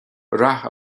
rath